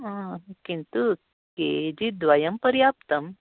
किन्तु K G द्वयं पर्याप्तम्